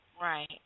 Right